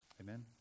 Amen